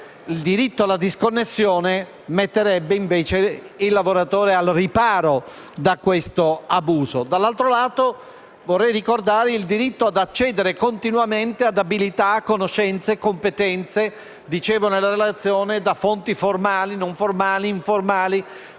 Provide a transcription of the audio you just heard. Il diritto alla disconnessione metterebbe, invece, il lavoratore al riparo da questo abuso. Dall'altro lato, vorrei ricordare il diritto ad accedere continuamente ad abilità, conoscenze, competenze, come ho detto nella relazione, da fonti formali, non formali e informali,